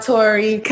Tori